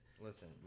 Listen